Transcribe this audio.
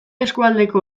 eskualdeko